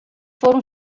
foram